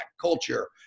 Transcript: culture